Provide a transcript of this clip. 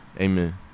amen